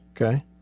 Okay